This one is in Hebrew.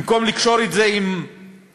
במקום לקשור את זה עם תיאוריה,